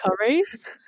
curries